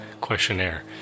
questionnaire